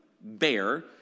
bear